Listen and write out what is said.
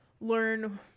learn